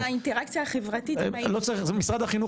גם האינטראקציה החברתית --- משרד החינוך